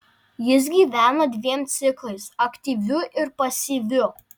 jis gyvena dviem ciklais aktyviu ir pasyviu